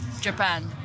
Japan